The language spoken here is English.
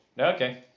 Okay